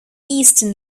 eastern